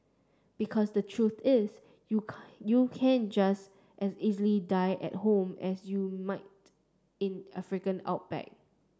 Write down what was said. because the truth is you you can just as easily die at home as you might in African outback